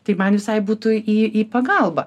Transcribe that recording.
tai man visai būtų į į pagalbą